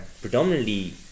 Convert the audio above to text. Predominantly